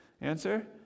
Answer